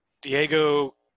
Diego